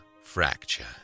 fracture